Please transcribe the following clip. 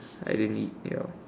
I didn't eat ya